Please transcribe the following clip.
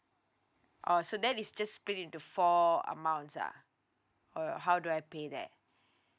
oh so that is just split into four amounts ah uh how do I pay that